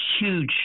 huge